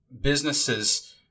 businesses